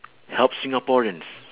help singaporeans